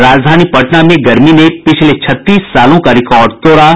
और राजधानी पटना में गर्मी ने पिछले छत्तीस सालों का रिकॉर्ड तोड़ा